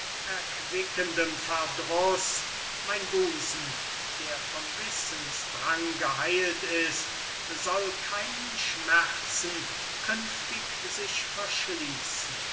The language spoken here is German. erquickendem verdruß mein busen der vom wissensdrang geheilt ist soll keinen schmerzen künftig sich verschließen